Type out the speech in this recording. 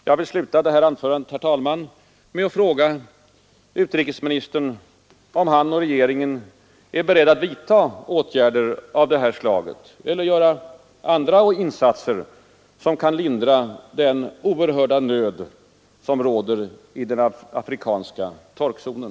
Jag vill, herr talman, sluta detta anförande med att fråga utrikesministern om han och regeringen är beredda att vidta åtgärder av det här slaget eller göra andra insatser som kan lindra den oerhörda nöd som råder inom den afrikanska torkzonen.